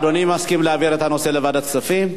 אדוני מסכים להעביר את הנושא לוועדת כספים.